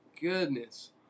goodness